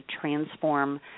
transform